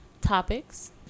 topics